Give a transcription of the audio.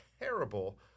terrible